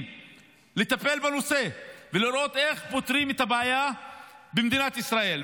לטפל בנושא ולראות איך פותרים את הבעיה במדינת ישראל.